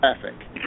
traffic